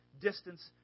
distance